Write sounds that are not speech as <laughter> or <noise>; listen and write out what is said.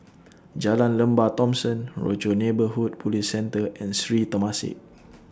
<noise> Jalan Lembah Thomson Rochor Neighborhood Police Centre and Sri Temasek <noise>